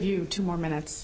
you two more minutes